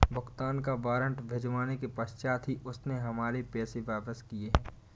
भुगतान का वारंट भिजवाने के पश्चात ही उसने हमारे पैसे वापिस किया हैं